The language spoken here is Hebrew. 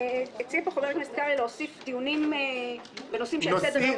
הציע פה חבר הכנסת קרעי להוסיף "דיונים בנושאים שעל סדר היום הציבורי",